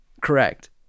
Correct